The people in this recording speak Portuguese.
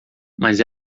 mas